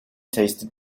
tasted